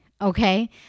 Okay